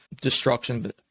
destruction